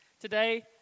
today